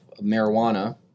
marijuana